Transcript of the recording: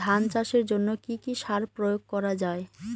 ধান চাষের জন্য কি কি সার প্রয়োগ করা য়ায়?